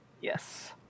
Yes